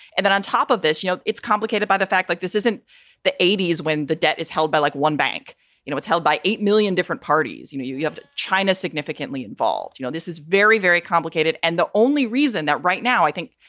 and then on top of this, you know, it's complicated by the fact like this isn't the eighty s when the debt is held by like one bank know, it's held by eight million different parties. you know, you you have china significantly involved. you know, this is very, very complicated. and the only reason that right now, i think,